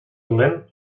dolent